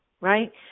right